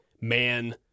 man